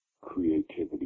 creativity